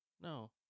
No